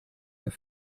your